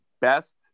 best